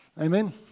Amen